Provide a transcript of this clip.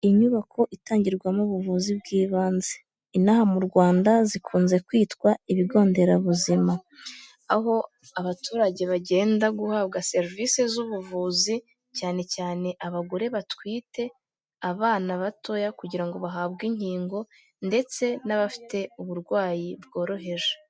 Inyubako itangirwamo ubuvuzi bw'ibanze, inaha mu Rwanda zikunze kwitwa ibigo nderabuzima. Aho abaturage bagenda guhabwa serivisi z'ubuvuzi cyane cyane abagore batwite, abana batoya kugira ngo bahabwe inkingo ndetse n'abafite uburwayi bworoheje.